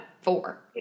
four